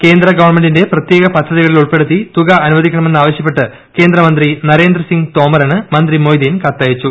കേന്ദ്ര ഗവൺമെന്റിന്റെ പ്രത്യേക പദ്ധതികളിൽ ഉൾപ്പെടുത്തി തുക അനുവദിക്കണമെന്നാവശ്യപ്പെട്ട് കേന്ദ്ര മന്ത്രി നരേന്ദ്രസിംഗ് തോമറിന് മന്ത്രി മൊയ്തീൻ കത്തയച്ചു